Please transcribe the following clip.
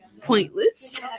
pointless